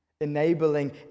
enabling